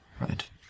right